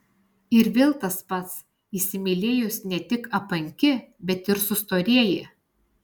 ir vėl tas pats įsimylėjus ne tik apanki bet ir sustorėji